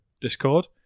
discord